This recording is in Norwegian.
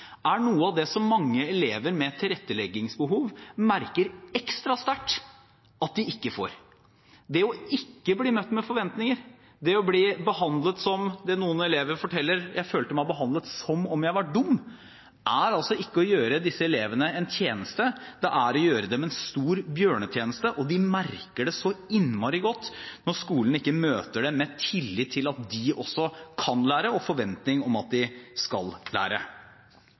ikke bli møtt med forventninger – det å bli behandlet som det noen elever forteller: Jeg følte meg behandlet som om jeg var dum – er altså ikke å gjøre disse elevene en tjeneste, det er å gjøre dem en stor bjørnetjeneste, og de merker det så innmari godt når skolen ikke møter dem med tillit til at de også kan lære, og forventning om at de skal lære.